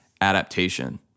adaptation